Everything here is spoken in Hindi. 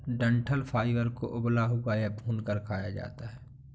डंठल फाइबर को उबला हुआ या भूनकर खाया जाता है